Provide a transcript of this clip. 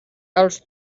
els